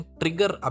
trigger